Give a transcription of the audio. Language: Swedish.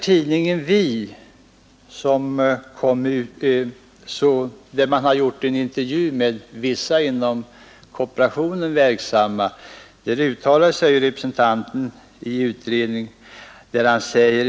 Tidningen Vi har gjort en intervju med vissa inom kooperationen verksamma personer. Där uttalade sig KF:s representant i utredningen.